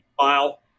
file